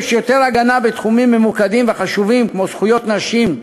יש יותר הגנה בתחומים ממוקדים וחשובים כמו זכויות נשים,